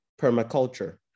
permaculture